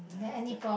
yeah because